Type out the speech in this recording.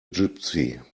gipsy